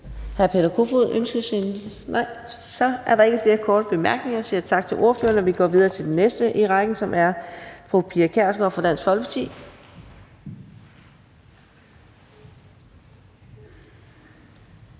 næstformand (Karina Adsbøl): Så er der ikke flere korte bemærkninger. Vi siger tak til ordføreren og går videre til den næste i rækken, som er fru Pia Kjærsgaard fra Dansk Folkeparti. Kl.